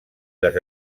les